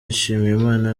nshimiyimana